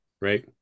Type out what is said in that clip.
right